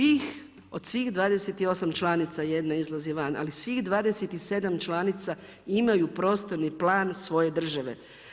Od svih 28 članica, jedna izlazi van, ali svih 27 članica imaju prostorni plan svoje države.